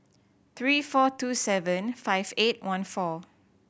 three four two seven five eight one four